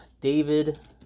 David